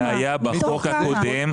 זה היה בחוק הקודם.